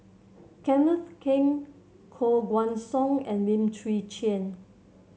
Kenneth Keng Koh Guan Song and Lim Chwee Chian